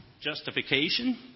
justification